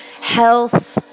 health